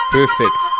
Perfect